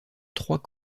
trois